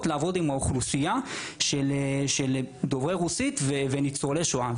כדי לעבוד עם האוכלוסיה של דוברי רוסית וניצולי שואה.